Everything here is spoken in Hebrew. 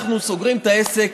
אנחנו סוגרים את העסק.